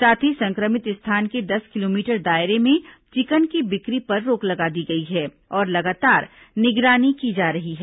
साथ ही संक्रमित स्थान के दस किलोमीटर दायरे में चिकन की बिक्री पर रोक लगा दी गई है और लगातार निगरानी की जा रही है